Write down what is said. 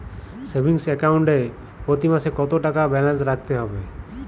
Savings account এ প্রতি মাসে কতো টাকা ব্যালান্স রাখতে হবে?